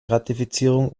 ratifizierung